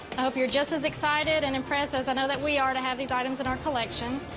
i hope you're just as excited and impressed as i know that we are to have these items in our collection.